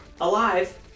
alive